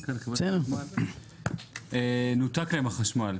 מנכ"ל חברת החשמל, נותק להם החשמל.